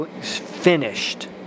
finished